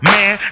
Man